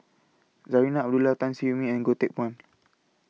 Zarinah Abdullah Tan Siew Min and Goh Teck Phuan